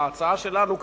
ההצעה שלנו,